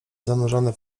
zanurzone